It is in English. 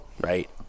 right